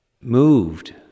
moved